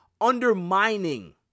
undermining